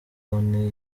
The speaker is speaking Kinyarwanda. loni